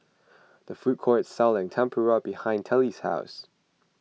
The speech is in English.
the food court selling Tempura behind Telly's house